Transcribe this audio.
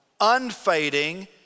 unfading